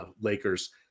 Lakers